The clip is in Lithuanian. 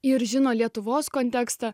ir žino lietuvos kontekstą